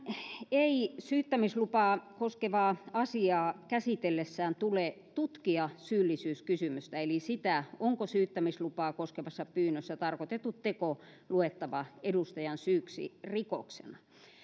ei syyttämislupaa koskevaa asiaa käsitellessään tule tutkia syyllisyyskysymystä eli sitä onko syyttämislupaa koskevassa pyynnössä tarkoitettu teko luettava edustajan syyksi rikoksena